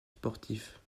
sportifs